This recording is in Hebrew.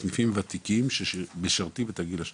סניפים ותיקים שמשרתים את הגיל השלישי.